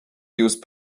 use